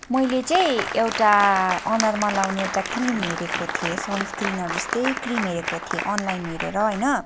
मैले चाहिँ एउटा अनुहारमा लगाउने एउटा क्रिम हेरेको थिएँ सन्सक्रिमहरू जस्तै क्रिम हेरेको थिएँ अनलाइन हेरेर होइन